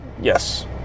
yes